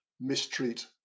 mistreat